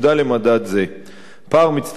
פער מצטבר של 1% מאז שנת 2000,